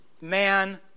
man